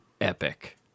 epic